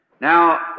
Now